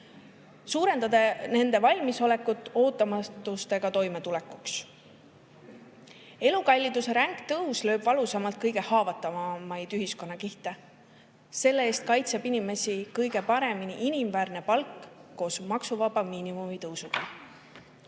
suurendada nende valmisolekut ootamatustega toimetulekuks. Elukalliduse ränk tõus lööb valusamalt kõige haavatavamaid ühiskonnakihte. Selle eest kaitseb inimesi kõige paremini inimväärne palk koos maksuvaba miinimumi tõusuga.